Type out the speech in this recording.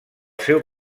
seu